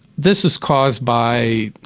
this is caused by,